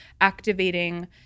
activating